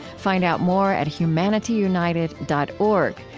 find out more at humanityunited dot org,